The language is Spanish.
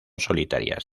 solitarias